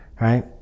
Right